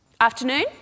Afternoon